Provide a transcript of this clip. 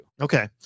Okay